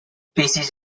species